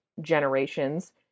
generations